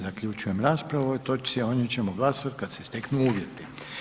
Time zaključujem raspravu o ovoj točci, a o njoj ćemo glasovati kad se steknu uvjeti.